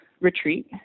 retreat